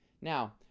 now